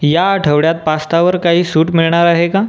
या आठवड्यात पास्तावर काही सूट मिळणार आहे का